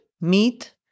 meat